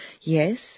yes